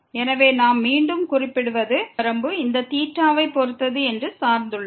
எனவே நாம் மீண்டும் குறிப்பிடுவது இந்த வரம்பு இந்த வை பொறுத்தது என்று சார்ந்துள்ளது